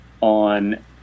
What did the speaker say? on